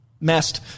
messed